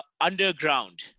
underground